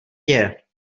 děje